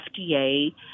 FDA